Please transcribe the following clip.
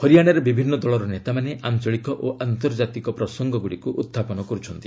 ହରିଆଣାରେ ବିଭିନ୍ନ ଦଳର ନେତାମାନେ ଆଞ୍ଚଳିକ ଓ ଆନ୍ତର୍ଜାତିକ ପ୍ରସଙ୍ଗଗୁଡ଼ିକୁ ଉତ୍ଥାପନ କରୁଛନ୍ତି